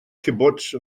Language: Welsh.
cibwts